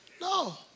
no